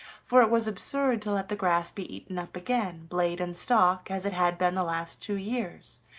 for it was absurd to let the grass be eaten up again, blade and stalk, as it had been the last two years,